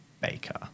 Baker